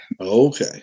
Okay